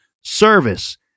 service